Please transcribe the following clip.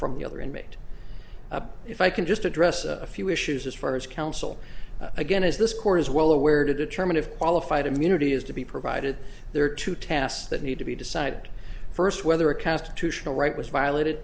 from the other inmate if i can just address a few issues as far as counsel again is this court is well aware to determine if qualified immunity is to be provided there are two tasks that need to be decide first whether a cast to tional right was violated